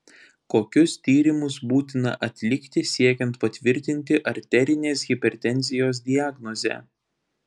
kokius tyrimus būtina atlikti siekiant patvirtinti arterinės hipertenzijos diagnozę